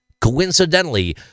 Coincidentally